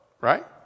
right